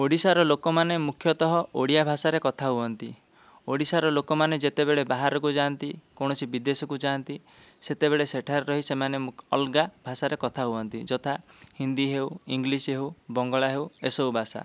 ଓଡ଼ିଶା ର ଲୋକମାନେ ମୁଖ୍ୟତଃ ଓଡ଼ିଆ ଭାଷାରେ କଥା ହୁଅନ୍ତି ଓଡ଼ିଶାର ଲୋକମାନେ ଯେତେବେଳେ ବାହାରକୁ ଯାଆନ୍ତି କୌଣସି ବିଦେଶକୁ ଯାଆନ୍ତି ସେତେବେଳେ ସେଠାରେ ରହି ସେମାନେ ଅଲ୍ଗା ଭାଷାରେ କଥା ହୁଅନ୍ତି ଯଥା ହିନ୍ଦୀ ହେଉ ଇଂଗ୍ଲିଶ୍ ହେଉ ବଙ୍ଗଳା ହେଉ ଏସବୁ ଭାଷା